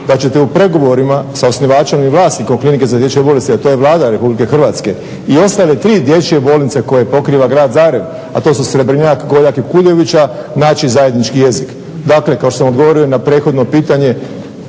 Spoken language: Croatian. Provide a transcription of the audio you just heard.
da ćete u pregovorima sa osnivačem i vlasnikom Klinike za dječje bolesti a to je Vlada Republike Hrvatske i ostale 3 dječje bolnice koje pokriva Grad Zagreb, a to su Srebrnjak, Goljak i Puljevića naći zajednički jezik. Dakle, kao što sam odgovorio i na prethodno pitanje